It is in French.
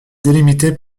délimitée